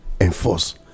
enforce